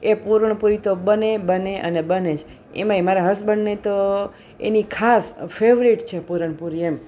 એ પૂરણપૂરી તો બને બને અને બને જ એમાંય મારા હસબન્ડને તો એની ખાસ ફેવરિટ છે પૂરણપૂરી એમ